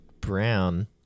brown